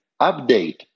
update